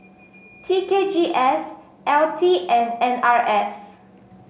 T K G S L T and N R F